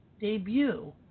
debut